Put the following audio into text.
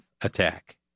attack